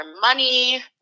money